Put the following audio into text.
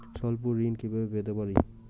স্বল্প ঋণ কিভাবে পেতে পারি?